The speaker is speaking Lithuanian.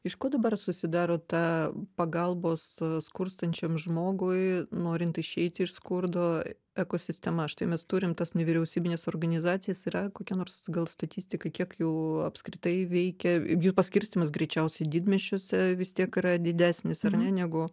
iš ko dabar susidaro ta pagalbos skurstančiam žmogui norint išeiti iš skurdo ekosistema štai mes turim tas nevyriausybines organizacijas yra kokia nors gal statistika kiek jų apskritai veikia jų paskirstymas greičiausiai didmiesčiuose vis tiek yra didesnis ar ne negu